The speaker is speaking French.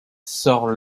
sort